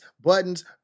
buttons